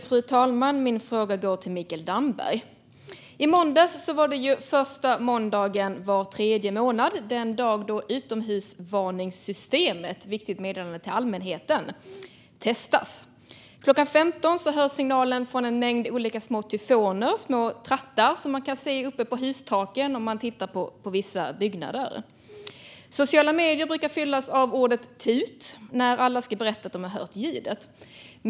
Fru talman! Min fråga går till Mikael Damberg. I måndags var det den första måndagen i en tremånadersperiod, det vill säga den dag då utomhusvarningssystemet Viktigt meddelande till allmänheten testas. Klockan 15 hörs signalen från en mängd olika små tyfoner, små trattar, som man kan se uppe på hustaken på vissa byggnader. Sociala medier brukar fyllas av ordet "tut" när alla ska berätta att de har hört ljudet.